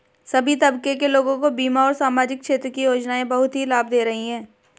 सभी तबके के लोगों को बीमा और सामाजिक क्षेत्र की योजनाएं बहुत ही लाभ दे रही हैं